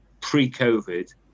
pre-COVID